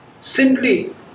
simply